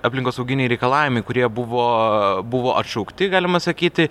aplinkosauginiai reikalavimai kurie buvo buvo atšaukti galima sakyti